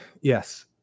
yes